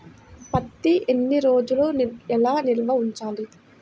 పత్తి ఎన్ని రోజులు ఎలా నిల్వ ఉంచాలి?